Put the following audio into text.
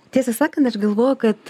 tiesą sakant aš galvoju kad